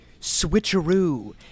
switcheroo